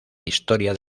historia